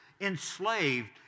enslaved